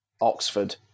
Oxford